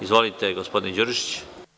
Izvolite, gospodine Đurišiću.